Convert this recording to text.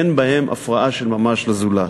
אין בהם הפרעה של ממש לזולת.